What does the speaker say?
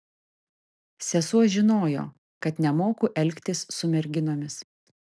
sesuo žinojo kad nemoku elgtis su merginomis